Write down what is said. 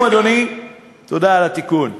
תודה על התיקון.